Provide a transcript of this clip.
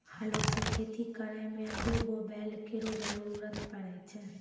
हलो सें खेती करै में दू गो बैल केरो जरूरत पड़ै छै